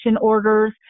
orders